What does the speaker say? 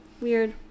weird